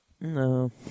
No